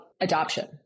adoption